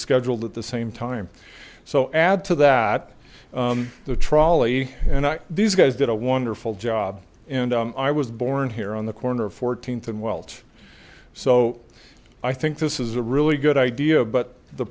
scheduled at the same time so add to that the trolley and these guys did a wonderful job and i was born here on the corner of fourteenth and welch so i think this is a really good idea but the